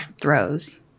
throws